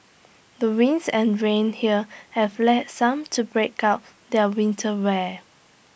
the winds and rain here have led some to break out their winter wear